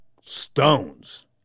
stones